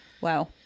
Wow